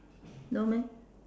no meh